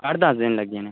अट्ठ दस दिन लग्गी जाने